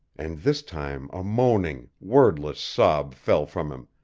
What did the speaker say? and this time a moaning, wordless sob fell from him,